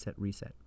reset